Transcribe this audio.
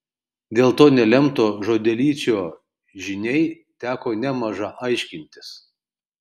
dėl to nelemto žodelyčio žiniai teko nemaža aiškintis